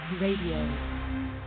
Radio